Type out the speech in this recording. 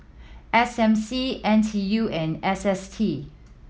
S M C N T U and S S T